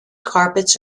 carpets